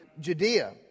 Judea